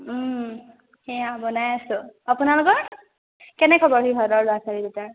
সেয়া বনাই আছো আপোনালোকৰ কেনে খবৰ সিহঁতৰ ল'ৰা ছোৱালী কেইটাৰ